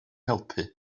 helpu